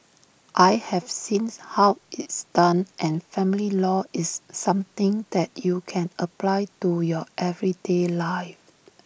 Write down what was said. I have seems how it's done and family law is something that you can apply to your everyday life